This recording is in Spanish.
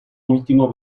último